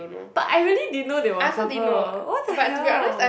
but I really didn't know they were a couple what the hell